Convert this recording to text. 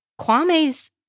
Kwame's